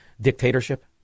dictatorship